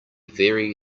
very